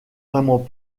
vraiment